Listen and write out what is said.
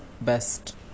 best